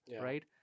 right